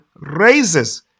raises